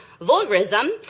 vulgarism